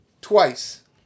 twice